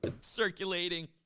Circulating